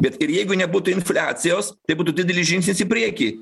bet ir jeigu nebūtų infliacijos tai būtų didelis žingsnis į priekį